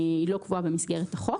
היא לא קבועה במסגרת החוק.